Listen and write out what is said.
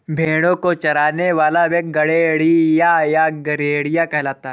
भेंड़ों को चराने वाला व्यक्ति गड़ेड़िया या गरेड़िया कहलाता है